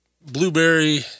Blueberry